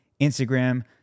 Instagram